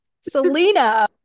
Selena